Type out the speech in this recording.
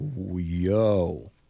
yo